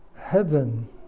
heaven